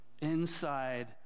inside